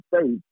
States